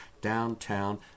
downtown